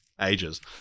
ages